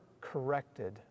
corrected